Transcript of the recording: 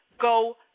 go